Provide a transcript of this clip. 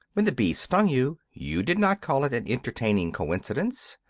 when the bees stung you, you did not call it an entertaining coincidence.